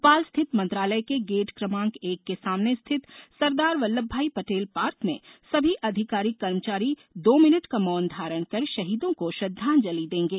भोपाल स्थित मंत्रालय के गेट क्रमांक एक के सामने स्थित सरदार वल्लभ भाई पटेल पार्क में सभी अधिकारी कर्मचारी दो मिनट का मौन धारण कर शहीदों को श्रद्वांजिल देंगे